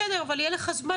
בסדר, יהיה לך זמן.